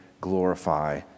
glorify